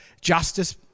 justice